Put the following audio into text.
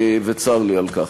וצר לי על כך.